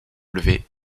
lever